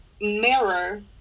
mirror